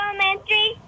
Elementary